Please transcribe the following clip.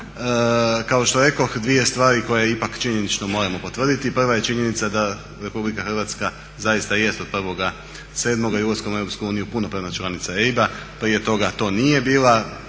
kao što rekoh, dvije stvari koje ipak činjenično moramo potvrditi. Prva je činjenica da RH zaista jest od 1.7. i ulaskom u EU punopravna članica EIB-a, prije toga to nije bila.